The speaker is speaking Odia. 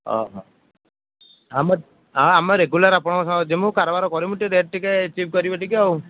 ହଁ ହଁ ଆମ ଆମେ ରେଗୁଲାର ଆପଣଙ୍କ ସାଙ୍ଗରେ ଯିବୁ କାରବାର କରିବୁ ଟିକେ ରେଟ୍ ଚିପ୍ କରିବେ ଟିକେ ଆଉ